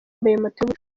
y’ubucuruzi